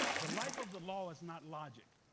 the life of the law is not logic,